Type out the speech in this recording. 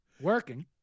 working